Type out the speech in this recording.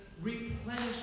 replenish